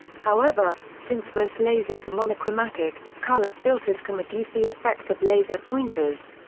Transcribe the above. however, since most lasers are monochromatic, color filters can reduce the effect of laser pointers.